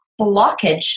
blockage